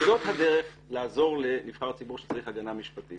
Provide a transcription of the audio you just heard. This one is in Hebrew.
שזאת הדרך לעזור לנבחר ציבור שצריך הגנה משפטית